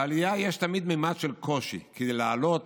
בעלייה תמיד יש ממד של קושי, כי לעלות